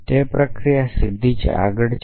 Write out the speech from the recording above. તેથી પ્રક્રિયા સીધી આગળ છે